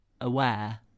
aware